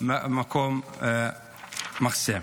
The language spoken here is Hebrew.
מקום מחסה.